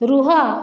ରୁହ